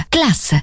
Class